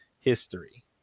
history